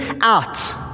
out